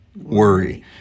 worry